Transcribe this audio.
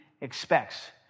expects